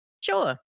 Sure